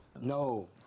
No